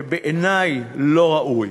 שבעיני הוא לא ראוי.